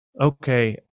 okay